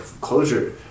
Closure